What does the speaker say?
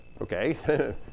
Okay